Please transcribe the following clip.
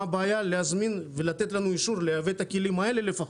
מה הבעיה להזמין ולתת לנו אישור לייבא את הכלים האלה לפחות?